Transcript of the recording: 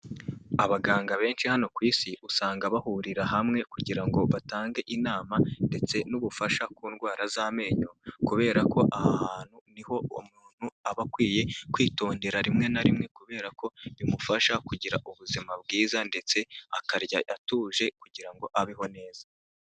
Abaganga benshi hano ku isi usanga bahurira hamwe kugira ngo batange inama ndetse n'ubufasha ku ndwara z'amenyo, kubera ko aha hantu niho umuntu aba akwiye kwitondera rimwe na rimwe kubera ko bimufasha kugira ubuzima bwiza, ndetse akarya atuje kugira ngo abeho neza.